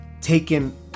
taken